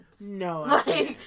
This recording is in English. No